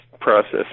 process